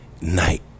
Night